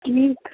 की